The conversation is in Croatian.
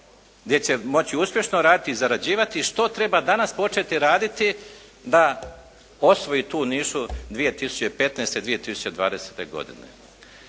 gdje će moći uspješno raditi i zarađivati i što treba danas početi raditi da osvoji tu nišu 2015., 2020. godine.